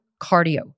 cardio